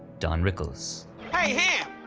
don rickles. hey ham,